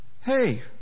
Hey